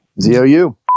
Z-O-U